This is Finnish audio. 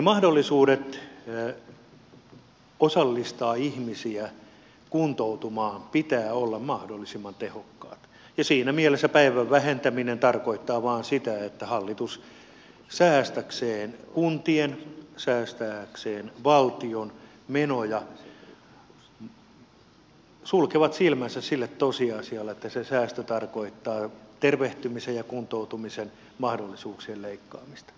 niiden mahdollisuuksien osallistaa ihmisiä kuntoutumaan pitää olla mahdollisimman tehokkaat ja siinä mielessä päivän vähentäminen tarkoittaa vain sitä että hallitus säästääkseen kuntien säästääkseen valtion menoja sulkee silmänsä siltä tosiasialta että se säästö tarkoittaa tervehtymisen ja kuntoutumisen mahdollisuuksien leikkaamista